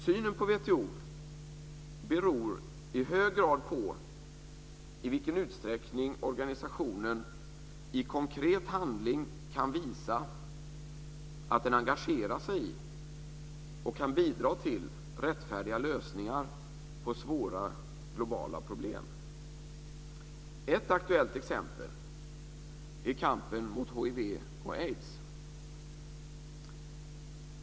Synen på WTO beror i hög grad på i vilken utsträckning organisationen i konkret handling kan visa att den engagerar sig och kan bidra till rättfärdiga lösningar på svåra globala problem. Ett aktuellt exempel är kampen mot hiv och aids.